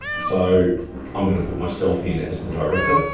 so i'm going to put myself in as the director.